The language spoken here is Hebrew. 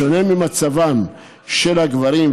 בשונה ממצבם של הגברים,